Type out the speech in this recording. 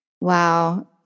Wow